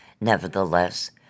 Nevertheless